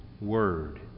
word